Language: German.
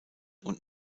und